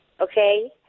Okay